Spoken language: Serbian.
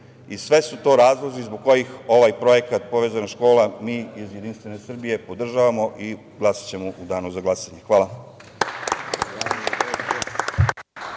Sve su to razlozi zbog kojih ovaj projekat „Povezana škola“ mi iz JS podržavamo i glasaćemo u danu za glasanje. Hvala.